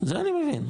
זה אני מבין,